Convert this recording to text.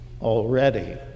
already